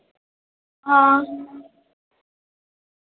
हां